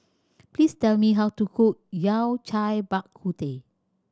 please tell me how to cook Yao Cai Bak Kut Teh